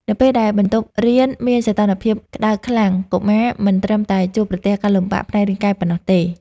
នៅពេលដែលបន្ទប់រៀនមានសីតុណ្ហភាពក្តៅខ្លាំង កុមារមិនត្រឹមតែជួបប្រទះការលំបាកផ្នែករាងកាយប៉ុណ្ណោះទេ។